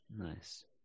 Nice